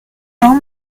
cent